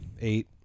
Eight